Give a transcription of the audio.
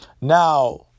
Now